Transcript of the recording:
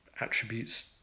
attributes